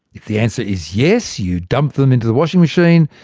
if the answer is yes, you dump them into the washing machine,